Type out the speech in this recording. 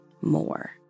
more